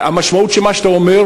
המשמעות של מה שאתה אומר,